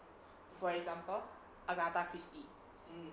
for example agatha christie